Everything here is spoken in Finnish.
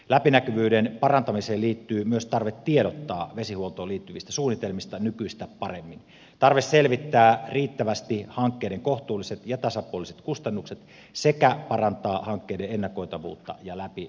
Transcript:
läpinäkyvyyden parantamiseen liittyy myös tarve tiedottaa vesihuoltoon liittyvistä suunnitelmista nykyistä paremmin tarve selvittää riittävästi hankkeiden kohtuulliset ja tasapuoliset kustannukset sekä parantaa hankkeiden ennakoitavuutta ja läpinäkyvyyttä